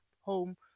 home